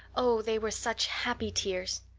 oh, they were such happy tears.